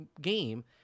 game